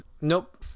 Nope